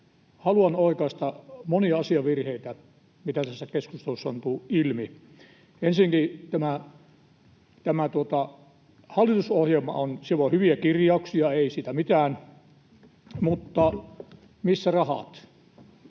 haluan oikaista monia asiavirheitä, mitä tässä keskustelussa on tullut ilmi. Ensinnäkin tässä hallitusohjelmassa on hyviä kirjauksia, ei siinä mitään, mutta missä rahat?